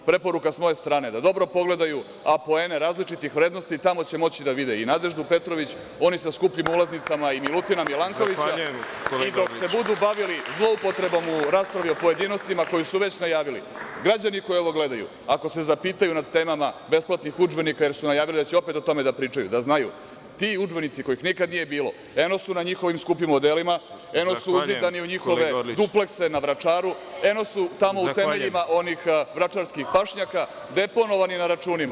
Preporuka sa moje strane je da dobro pogledaju apoene različitih vrednosti, jer tamo će moći da vide i Nadeždu Petrović, oni sa skupljim ulaznicama i Milutina Milankovića i dok se budu bavili zloupotrebom u raspravi u pojedinostima koju su već najavili, građani koji ovo gledaju, ako se zapitaju nad temama besplatnih udžbenika, jer su opet najavili da će o tome da pričaju, da znaju, ti udžbenici kojih nikad nije bilo eno su na njihovim skupim odelima, eno su uzidani u njihove duplekse na Vračaru, eno su tamo u temeljima onih vračarskih pašnjaka, deponovani na računima.